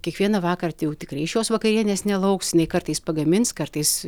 kiekvieną vakarą tai jau tikrai iš jos vakarienės nelauks jinai kartais pagamins kartais